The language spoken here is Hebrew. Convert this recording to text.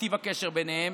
את טיב הקשר ביניהם,